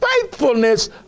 faithfulness